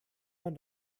man